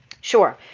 Sure